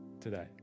today